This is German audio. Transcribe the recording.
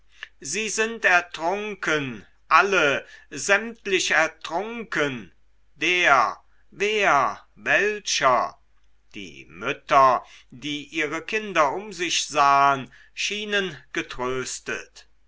sie sind ertrunken alle sämtlich ertrunken der wer welcher die mütter die ihre kinder um sich sahen schienen getröstet